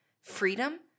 Freedom